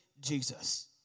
Jesus